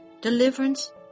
deliverance